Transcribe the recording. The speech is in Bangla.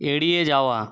এড়িয়ে যাওয়া